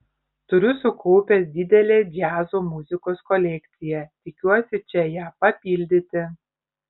turiu sukaupęs didelę džiazo muzikos kolekciją tikiuosi čia ją papildyti